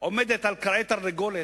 עומדת על כרעי תרנגולת,